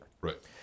Right